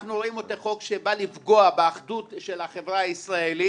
אנחנו רואים בו כחוק שבא לפגוע באחדות של החברה הישראלית.